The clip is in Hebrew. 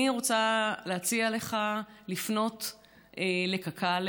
אני רוצה להציע לך לפנות לקק"ל,